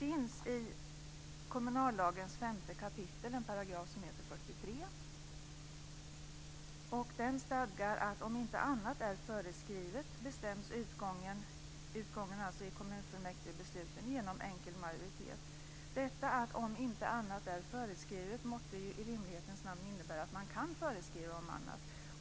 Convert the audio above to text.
I 5 kap. kommunallagen stadgar 43 § att "om inte något annat är föreskrivet, bestäms utgången genom enkel majoritet". Det gäller alltså kommunfullmäktigebesluten. Detta att "om inte något annat är föreskrivet" måtte i rimlighetens namn innebära att man kan föreskriva annat.